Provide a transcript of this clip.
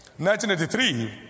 1983